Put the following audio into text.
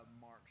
March